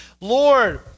Lord